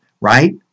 right